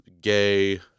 gay